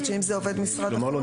זאת אומרת שאם זה עובד משרד החינוך,